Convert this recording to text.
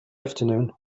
afternoon